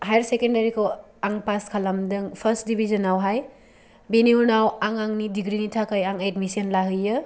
higher सेकेण्डारिखौ आं pass खालामदों फार्स्ट डिभिसनावहाय बेनि उनाव आं आंनि डिग्रिनि थाखाय आं एडमिसन लाहैयो